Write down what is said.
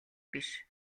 биш